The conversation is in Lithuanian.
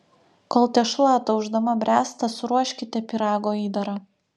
kol tešla ataušdama bręsta suruoškite pyrago įdarą